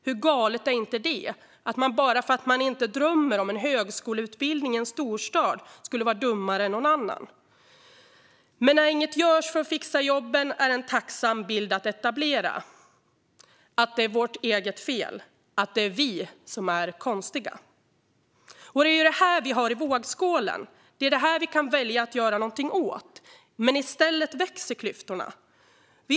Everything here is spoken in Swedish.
Hur galet är inte det - att man bara för att man inte drömmer om en högskoleutbildning i en storstad skulle vara dummare än någon annan? Men när inget görs för att fixa jobben är det en tacksam bild att etablera - att det är vårt eget fel, att det är vi som är konstiga. Det är detta vi har i vågskålen. Det är detta vi kan välja att göra något åt, men i stället växer klyftorna.